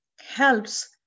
helps